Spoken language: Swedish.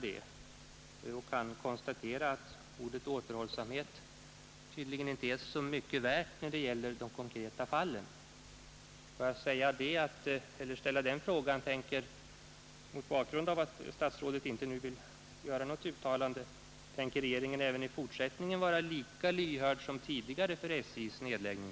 Jag kan konstatera att ordet återhållsamhet tydligen inte är så mycket värt när det gäller de konkreta fallen.